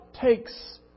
takes